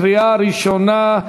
קריאה ראשונה,